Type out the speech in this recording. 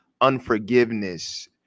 unforgiveness